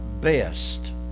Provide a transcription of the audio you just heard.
best